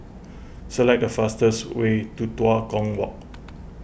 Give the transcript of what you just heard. select the fastest way to Tua Kong Walk